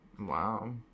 Wow